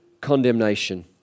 condemnation